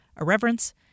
irreverence